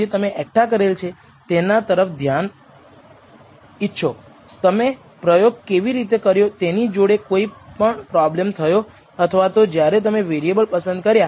તમે જાણો છો કે તે સામાન્ય રીતે કેટલાક અજ્ઞાત વેરિએન્સ સાથે વહેંચવામાં આવે છે